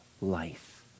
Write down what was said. life